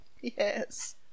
Yes